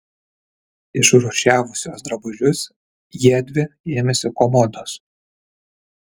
išrūšiavusios drabužius jiedvi ėmėsi komodos